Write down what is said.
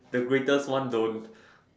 the Greatest one don't